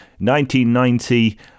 1990